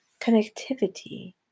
connectivity